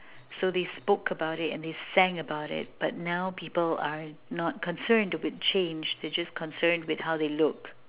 so they spoke about it and they sang about it but now people aren't not concerned with change they're just concerned with how they look